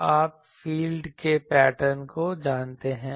तो आप फील्ड के पैटर्न को जानते हैं